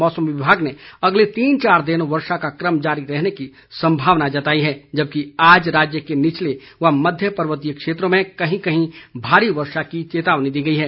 मौसम विभाग ने अगले तीन चार दिन वर्षा का क्रम जारी रहने की संभावना जताई है जबकि आज राज्य के निचले व मध्य पर्वतीय क्षेत्रों में कहीं कहीं भारी वर्षा की चेतावनी दी है